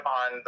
on